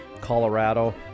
Colorado